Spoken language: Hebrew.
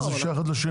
מה זה שייך אחד לשני?